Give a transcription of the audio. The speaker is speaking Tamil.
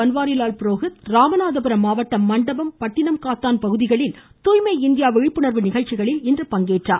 பன்வாரிலால் புரோஹித் ராமநாதபுரம் மாவட்டம் மண்டபம் பட்டினம் காத்தான் பகுதிகளில் தூய்மை இந்தியா விழிப்புணர்வு நிகழ்ச்சிகளில் இன்று பங்கேற்றார்